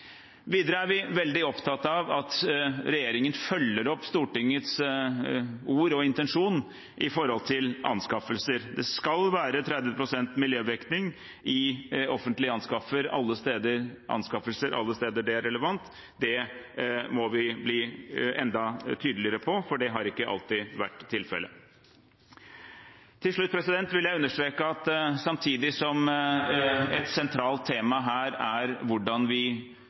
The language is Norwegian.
Videre er vi veldig opptatt av at regjeringen følger opp Stortingets ord og intensjon når det gjelder anskaffelser. Det skal være 30 pst. miljødekning i offentlige anskaffelser alle steder det er relevant. Det må vi bli enda tydeligere på, for det har ikke alltid vært tilfellet. Til slutt vil jeg understreke at samtidig som et sentralt tema her er hvordan vi